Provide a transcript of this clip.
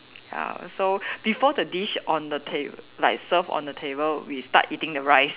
ya so before the dish on the table like serve on the table we start eating the rice